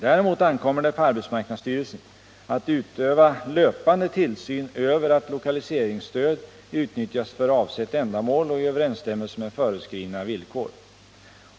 Däremot ankommer det på arbetsmarknadsstyrelsen att utöva löpande tillsyn över att lokaliseringsstöd utnyttjas för avsett ändamål och i överensstämmelse med föreskrivna villkor.